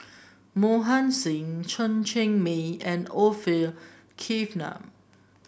Mohan Singh Chen Cheng Mei and Orfeur Cavenagh